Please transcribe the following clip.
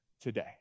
today